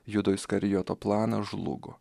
judo iskarijoto planas žlugo